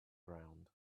ground